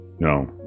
No